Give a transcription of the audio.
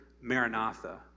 Maranatha